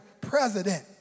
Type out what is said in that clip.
president